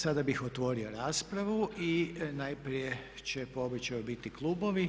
Sada bih otvorio raspravu i najprije će po običaju biti klubovi.